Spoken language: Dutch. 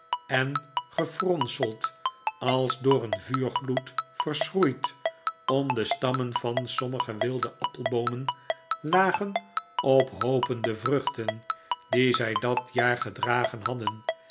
en gefronseld als door een vuurgloed verschroeid om de stammen van sommige wilde appelboomen lagen op hoopen de vruchten die zij dat jaar gedragen hadden